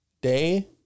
day